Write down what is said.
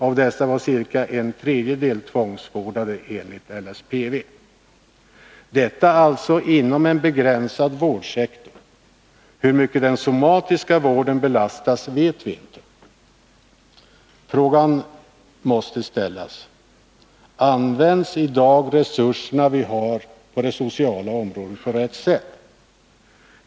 Av dessa var ca en tredjedel tvångsvårdade enligt LSPV — detta alltså inom en begränsad vårdsektor. Hur mycket den somatiska vården belastas vet vi inte. Frågan måste ställas: Används i dag resurserna på det sociala området på rätt sätt?